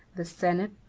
the senate,